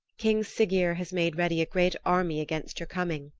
king siggeir has made ready a great army against your coming,